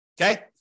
okay